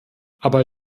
aber